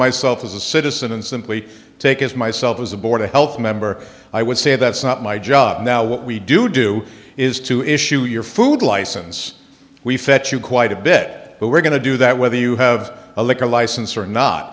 myself as a citizen and simply take as myself as a board a health member i would say that's not my job now what we do do is to issue your food license we fetch you quite a bit but we're going to do that whether you have a liquor license or not